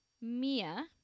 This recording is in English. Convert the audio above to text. Mia